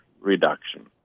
reduction